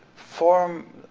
form,